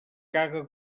caga